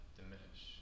diminish